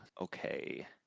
okay